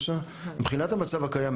מבחינת המצב הקיים,